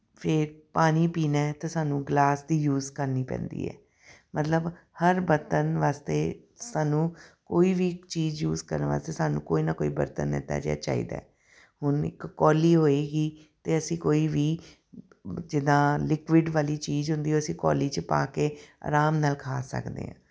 ਫਿਰ ਪਾਣੀ ਪੀਣਾ ਹੈ ਤਾਂ ਸਾਨੂੰ ਗਲਾਸ ਦੀ ਯੂਸ ਕਰਨੀ ਪੈਂਦੀ ਹੈ ਮਤਲਬ ਹਰ ਬਰਤਨ ਵਾਸਤੇ ਸਾਨੂੰ ਕੋਈ ਵੀ ਚੀਜ਼ ਯੂਸ ਕਰਨ ਵਾਸਤੇ ਸਾਨੂੰ ਕੋਈ ਨਾ ਕੋਈ ਬਰਤਨ ਇੱਦਾਂ ਜਿਹਾ ਚਾਹੀਦਾ ਹੈ ਹੁਣ ਇੱਕ ਕੌਲੀ ਹੋਏਗੀ ਅਤੇ ਅਸੀਂ ਕੋਈ ਵੀ ਜਿੱਦਾਂ ਲਿਕੁਇਡ ਵਾਲੀ ਚੀਜ਼ ਹੁੰਦੀ ਹੈ ਉਹ ਅਸੀਂ ਕੌਲੀ 'ਚ ਪਾ ਕੇ ਆਰਾਮ ਨਾਲ ਖਾ ਸਕਦੇ ਹਾਂ